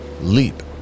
Leap